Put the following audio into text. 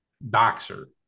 boxer